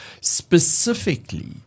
specifically